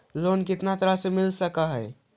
Loan कितना तरह से मिल सक है?